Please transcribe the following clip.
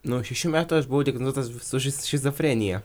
nuo šešių metų aš buvau diagnozuotas su šizofrenija